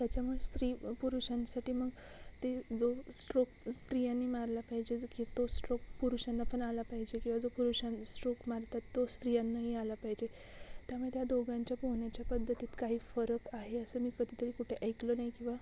त्याच्यामुळे स्त्री व पुरुषांसाठी मग ते जो स्ट्रोक स्त्रियांनी मारला पाहिजे जो की तो स्ट्रोक पुरुषांना पण आला पाहिजे किंवा जो पुरुषां स्ट्रोक मारतात तो स्त्रियांनाही आला पाहिजे त्यामुळे त्या दोघांच्या पोहण्याच्या पद्धतीत काही फरक आहे असं मी कधीतरी कुठे ऐकलं नाही किंवा